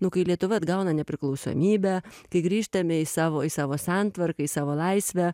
nu kai lietuva atgauna nepriklausomybę kai grįžtame į savo į savo santvarką į savo laisvę